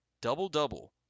double-double